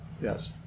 Yes